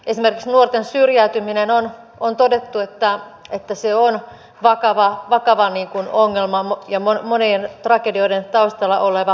esimerkiksi nuorten syrjäytymisestä on todettu että se on vakava ja monien tragedioiden taustalla oleva ongelma